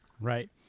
right